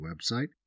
website